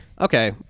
Okay